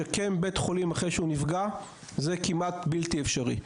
לשקם בית חולים אחרי שהוא נפגע זה כמעט בלתי אפשרי,